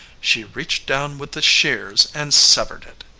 she reached down with the shears and severed it.